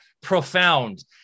profound